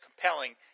compelling